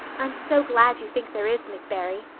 i'm so glad you think there is, miss barry.